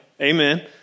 Amen